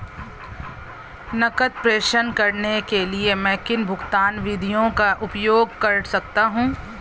नकद प्रेषण करने के लिए मैं किन भुगतान विधियों का उपयोग कर सकता हूँ?